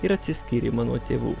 ir atsiskyrimą nuo tėvų